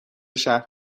شهر